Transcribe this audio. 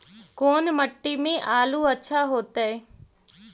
कोन मट्टी में आलु अच्छा होतै?